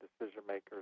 decision-makers